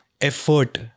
effort